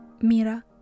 Mira